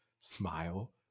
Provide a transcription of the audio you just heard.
Smile